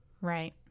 Right